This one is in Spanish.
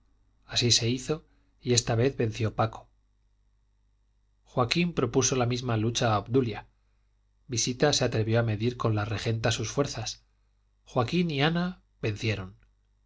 así se hizo y esta vez venció paco joaquín propuso la misma lucha a obdulia visita se atrevió a medir con la regenta sus fuerzas joaquín y ana vencieron